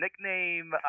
nickname